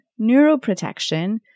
neuroprotection